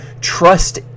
trust